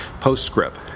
Postscript